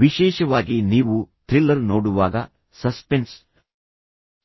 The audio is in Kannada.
ವಿಶೇಷವಾಗಿ ನೀವು ಥ್ರಿಲ್ಲರ್ ನೋಡುವಾಗ ಸಸ್ಪೆನ್ಸ್